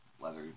leather